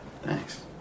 Thanks